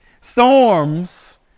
Storms